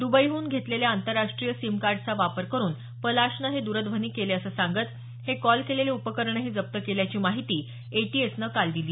दुबईहून घेतलेल्या आंतरराष्ट्रीय सिम कार्डचा वापर करुन पलाशनं हे द्रध्वनी केले असं सांगत हे कॉल केलेलं उपकरणही जप्त केल्याची माहिती एटीएसनं काल दिली